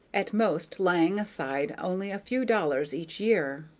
at most laying aside only a few dollars each year.